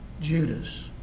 Judas